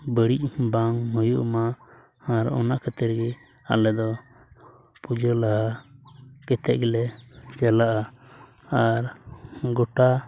ᱵᱟᱹᱲᱤᱡ ᱵᱟᱝ ᱦᱩᱭᱩᱜᱢᱟ ᱟᱨ ᱚᱱᱟ ᱠᱷᱟᱹᱛᱤᱨ ᱜᱮ ᱟᱞᱮ ᱫᱚ ᱯᱩᱡᱟᱹ ᱞᱟᱦᱟ ᱠᱟᱛᱮᱫ ᱜᱮᱞᱮ ᱪᱟᱞᱟᱜᱼᱟ ᱟᱨ ᱜᱚᱴᱟ